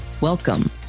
Welcome